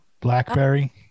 BlackBerry